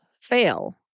fail